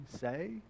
say